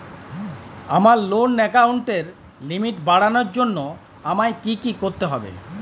আমার লোন অ্যাকাউন্টের লিমিট বাড়ানোর জন্য আমায় কী কী করতে হবে?